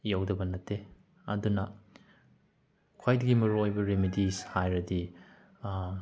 ꯌꯥꯎꯗꯕ ꯅꯠꯇꯦ ꯑꯗꯨꯅ ꯈ꯭ꯋꯥꯏꯗꯒꯤ ꯃꯔꯨ ꯑꯣꯏꯕ ꯔꯤꯃꯤꯗꯤꯁ ꯍꯥꯏꯔꯗꯤ